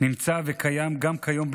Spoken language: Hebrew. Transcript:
נמצאות וקיימות גם כיום,